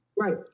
right